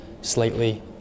slightly